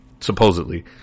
supposedly